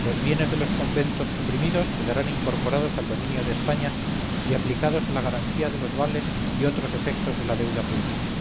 los bienes de los conventos suprimidos quedarán incorporados al dominio de españa y aplicados a la garantía de los vales y otros efectos de la deuda pública